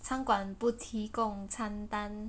餐馆不提供餐单